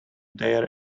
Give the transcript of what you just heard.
their